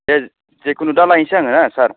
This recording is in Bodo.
दे जेखुनु दा लायसै आङो हो सार